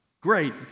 Great